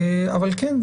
אבל כן,